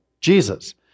Jesus